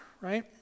right